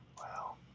Wow